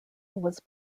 was